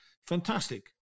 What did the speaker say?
Fantastic